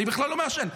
אני בכלל לא מעשן,